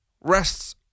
rests